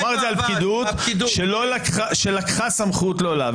הוא אמר את זה על פקידות שלקחה סמכות לא לה.